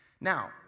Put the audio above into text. Now